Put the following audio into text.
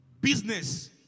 business